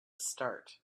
start